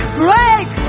break